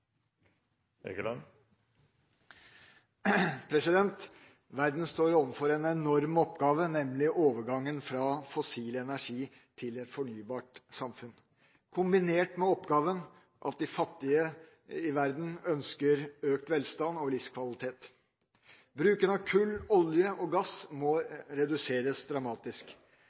omme. Verden står overfor en enorm oppgave, nemlig overgangen fra fossil energi til et fornybart samfunn kombinert med at de fattige i verden ønsker økt velstand og livskvalitet. Bruken av kull, olje og gass må reduseres dramatisk.